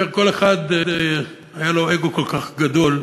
שכל אחד היה לו אגו כל כך גדול,